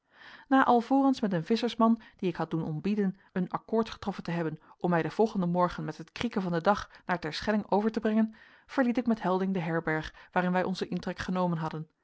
na alvorens met een visschersman dien ik had doen ontbieden een akkoord getroffen te hebben om mij den volgenden morgen met het krieken van den dag naar terschelling over te brengen verliet ik met helding de herberg waarin wij onzen intrek genomen hadden